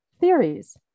theories